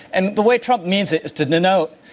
and the way trump means it is to denote,